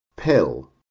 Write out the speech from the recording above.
PILL